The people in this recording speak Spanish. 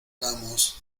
vamos